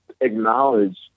acknowledge